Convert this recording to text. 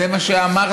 זה מה שאמרת,